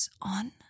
on